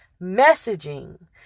messaging